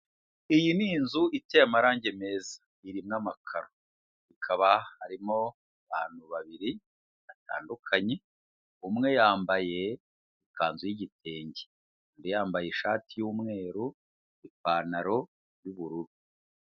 Iyi ni inzu iteye amarangi meza. Irimo amakaro. Hakaba harimo abantu babiri batandukanye. Umwe yambaye ikanzu y'igitenge undi yambaye ishati y'umweru, ipantaro y'ubururu.